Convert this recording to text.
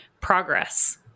progress